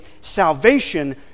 Salvation